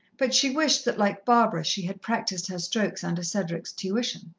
but she wished that, like barbara, she had practised her strokes under cedric's tuition.